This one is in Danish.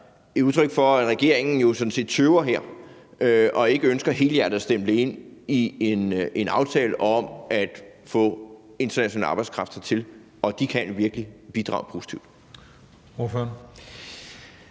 et udtryk for, at regeringen sådan set tøver her og ikke helhjertet ønsker at stemple ind i en aftale om at få international arbejdskraft hertil. Og de kan jo virkelig bidrage positivt.